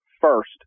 first